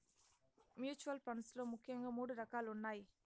mutual funds లో ముఖ్యంగా మూడు రకాలున్నయ్